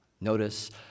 notice